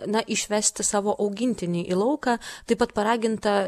na išvesti savo augintinį į lauką taip pat paraginta